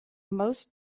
most